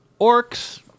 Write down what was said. orcs